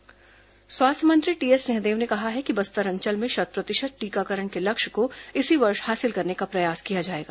सिंहदेव टीकाकरण स्वास्थ्य मंत्री टीएस सिंहदेव ने कहा है कि बस्तर अंचल में शत प्रतिशत टीकाकरण के लक्ष्य को इसी वर्ष हासिल करने का प्रयास किया जाएगा